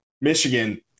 Michigan